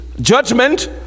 judgment